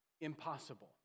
impossible